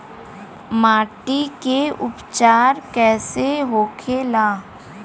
माटी के उपचार कैसे होखे ला?